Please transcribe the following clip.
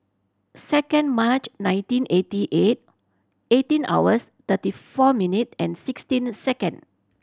second March nineteen eighty eight eighteen hours thirty four minute and sixteen second